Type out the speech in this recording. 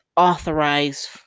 authorize